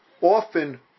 often